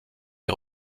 est